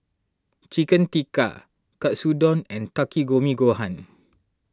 Chicken Tikka Katsudon and Takikomi Gohan